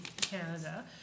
Canada